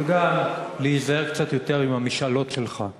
וגם להיזהר קצת יותר עם המשאלות שלך.